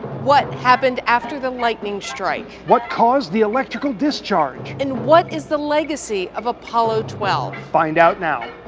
what happened after the lightning strike? what caused the electrical discharge? and what is the legacy of apollo twelve? find out now.